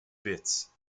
bits